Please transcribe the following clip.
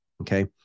Okay